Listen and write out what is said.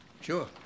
Sure